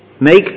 Make